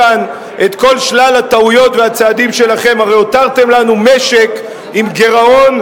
הכנסת תחרות במשק התקשורת,